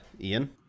Ian